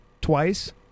twice